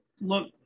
look